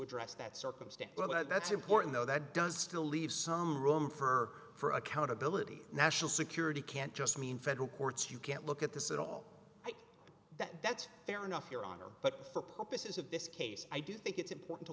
address that circumstance well that's important though that does still leave some room for her for accountability national security can't just mean federal courts you can't look at this at all that's fair enough your honor but for purposes of this case i do think it's important to